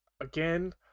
again